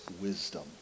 wisdom